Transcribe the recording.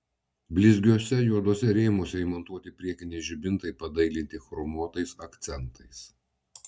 blizgiuose juoduose rėmuose įmontuoti priekiniai žibintai padailinti chromuotais akcentais